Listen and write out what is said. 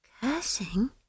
Cursing